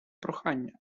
прохання